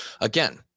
again